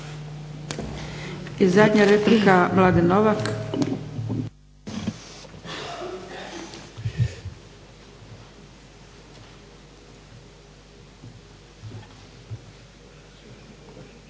I zadnja replika, Mladen Novak.